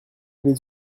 des